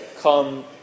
come